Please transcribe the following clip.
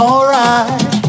Alright